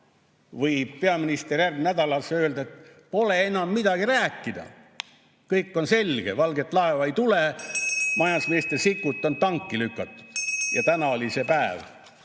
võib peaminister öelda, et pole enam midagi rääkida. Kõik on selge, valget laeva ei tule. Majandusminister Sikkut on tanki lükatud ja täna oli see päev,